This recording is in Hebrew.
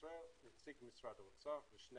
נציג של בנק ישראל, נציג משרד האוצר ושני